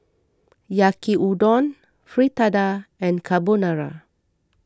Yaki Udon Fritada and Carbonara